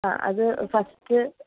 ആ അത് ഫസ്റ്റ്